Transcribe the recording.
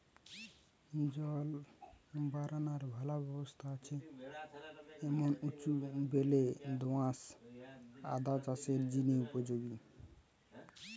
জল বারানার ভালা ব্যবস্থা আছে এমন উঁচু বেলে দো আঁশ আদা চাষের জিনে উপযোগী